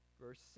Verse